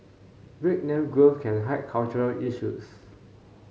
breakneck growth can hide cultural issues